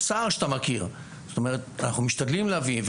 אנחנו משתדלים להביא את כל מי שהזכרתי.